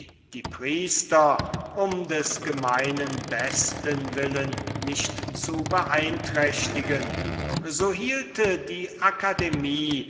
die priester um des gemeinen bestens willen nicht zu beschädigen so hielte die akademie